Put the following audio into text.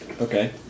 Okay